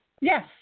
Yes